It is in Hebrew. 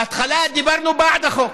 בהתחלה דיברנו בעד החוק,